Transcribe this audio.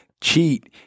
cheat